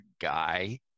guy